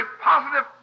positive